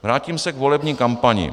Vrátím se k volební kampani.